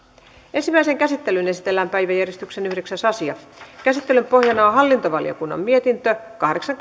ensimmäiseen käsittelyyn esitellään päiväjärjestyksen yhdeksäs asia käsittelyn pohjana on hallintovaliokunnan mietintö kahdeksan